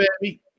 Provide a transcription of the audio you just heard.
baby